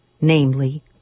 namely